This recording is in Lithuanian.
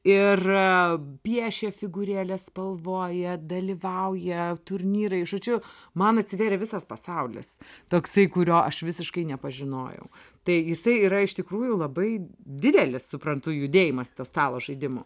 ir piešė figūrėles spalvoja dalyvauja turnyrai žodžiu man atsivėrė visas pasaulis toksai kurio aš visiškai nepažinojau tai jisai yra iš tikrųjų labai didelis suprantu judėjimas tas stalo žaidimų